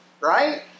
right